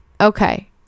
okay